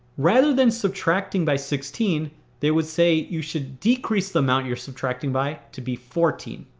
rather than subtracting by sixteen they would say you should decrease the amount you're subtracting by to be fourteen.